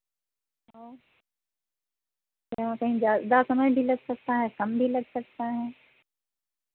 और कहीं और कहीं ज़्यादा समय भी लग सकता है कम भी लग सकता है